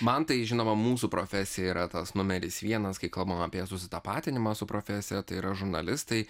man tai žinoma mūsų profesija yra tas numeris vienas kai kalbam apie susitapatinimą su profesija tai yra žurnalistai